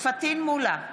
פטין מולא,